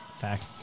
Fact